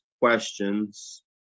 questions